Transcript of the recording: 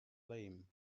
lame